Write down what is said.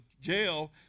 jail